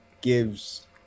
gives